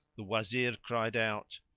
the wazir cried out,